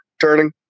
turning